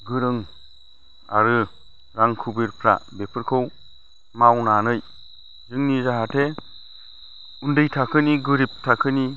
गोरों आरो रां खुबिरफ्रा बेफोरखौ मावनानै जोंनि जाहाथे उन्दै थाखोनि गोरिब थाखोनि